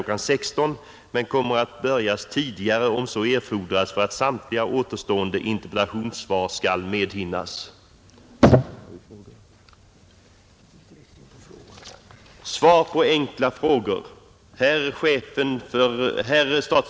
16.00 men kommer att börjas tidigare om så erfordras för att samtliga återstående interpellationssvar skall medhinnas.